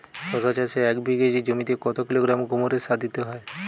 শশা চাষে এক বিঘে জমিতে কত কিলোগ্রাম গোমোর সার দিতে হয়?